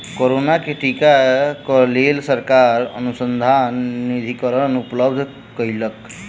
corona के टीका क लेल सरकार अनुसन्धान निधिकरण उपलब्ध कयलक